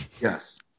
Yes